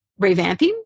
revamping